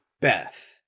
Beth